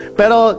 pero